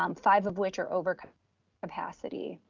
um five of which are over capacity.